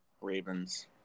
Ravens